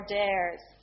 dares